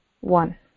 one